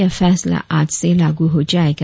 यह फैसला आज से लागू हो जाएगा